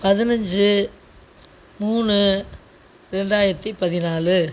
பதினஞ்சி மூணு ரெண்டாயிரத்தி பதினாலு